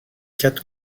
quatre